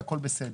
הכול בסדר.